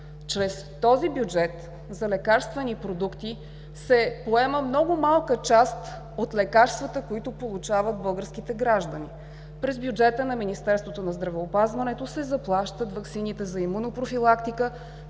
Чрез този бюджет за лекарствени продукти се поема много малка част от лекарствата, които получават българските граждани. През бюджета на Министерството на здравеопазването се заплащат ваксините за имунопрофилактика,